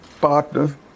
partner